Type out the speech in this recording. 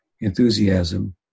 enthusiasm